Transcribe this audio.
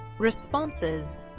responses